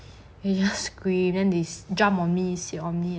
they just scream then they jump on me sit on me